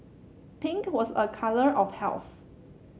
pink was a colour of health